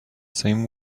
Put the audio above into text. same